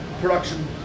production